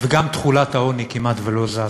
וגם תחולת העוני כמעט לא זזה.